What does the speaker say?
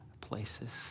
places